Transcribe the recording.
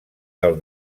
del